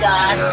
God